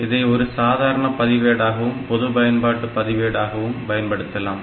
இதை ஒரு சாதாரண பதிவேடாகவும் பொது பயன்பாட்டு பதிவேடாகவும் பயன்படுத்தலாம்